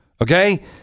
Okay